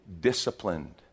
disciplined